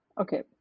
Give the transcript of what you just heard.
Okay